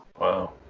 Wow